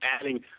adding